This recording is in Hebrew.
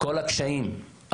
כל הקשיים,